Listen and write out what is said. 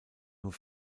nur